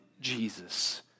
Jesus